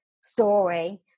story